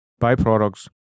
byproducts